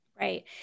Right